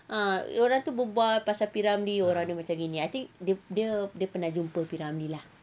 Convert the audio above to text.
ah orang tu berbual pasal P ramlee orang dia macam gini I think dia dia dia apa pernah jumpa P ramlee lah